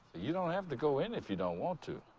you don't have to go in if you don't want to.